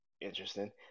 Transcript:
interesting